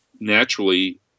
naturally